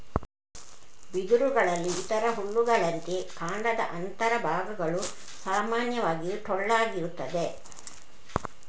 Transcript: ಬಿದಿರುಗಳಲ್ಲಿ ಇತರ ಹುಲ್ಲುಗಳಂತೆ ಕಾಂಡದ ಅಂತರ ಭಾಗಗಳು ಸಾಮಾನ್ಯವಾಗಿ ಟೊಳ್ಳಾಗಿರುತ್ತದೆ